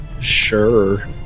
Sure